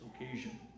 occasion